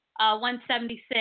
176